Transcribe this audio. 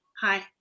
hi